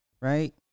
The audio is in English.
Right